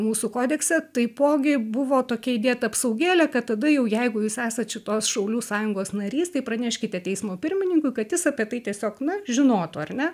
mūsų kodekse taipogi buvo tokia įdėta apsaugėlė kad tada jau jeigu jūs esat šitos šaulių sąjungos narys tai praneškite teismo pirmininkui kad jis apie tai tiesiog na žinotų ar ne